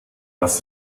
das